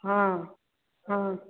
हँ हँ